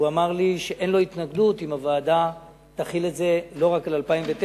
ואמר לי שאין לו התנגדות לכך שהוועדה תחיל את זה לא רק על 2009,